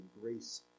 grace